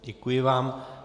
Děkuji vám.